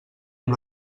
amb